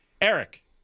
Eric